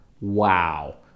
Wow